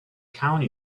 county